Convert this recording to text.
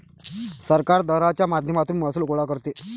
सरकार दराच्या माध्यमातून महसूल गोळा करते